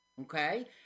Okay